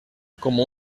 como